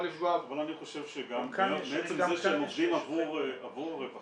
אבל אני חושב שגם מעצם זה שהם עובדים עבור הרווחה,